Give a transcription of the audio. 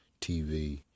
TV